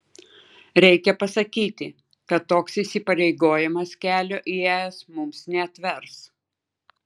reikia pasakyti kad toks įsipareigojimas kelio į es mums neatvers